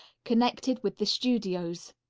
connected with the studios.